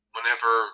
Whenever